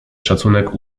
szacunek